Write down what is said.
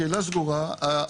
הקהילה סגורה,